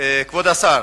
כבוד השר,